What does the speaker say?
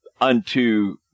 unto